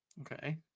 Okay